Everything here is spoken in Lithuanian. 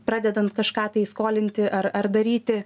pradedant kažką tai skolinti ar ar daryti